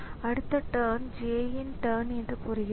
எனவே இந்த அமைப்பு ஏதேனும் நிகழ்வு நிகழும் வரை காத்திருக்கும்